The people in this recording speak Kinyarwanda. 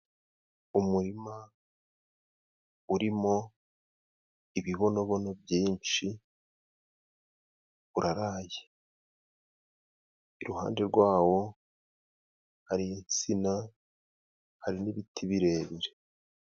Umurima urimo ibibunobono byinshi, uraraye. Iruhande rwawo hari insina hari n'ibiti birebire.